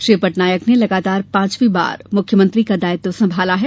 श्री पटनायक ने लगातार पांचवी बार मुख्यमंत्री का दायित्व संभाला है